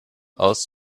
aus